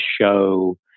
show